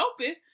open